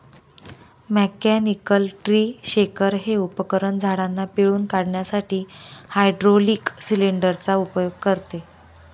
mechanical tree shaker हे उपकरण झाडांना पिळून काढण्यासाठी हायड्रोलिक सिलेंडर चा उपयोग करते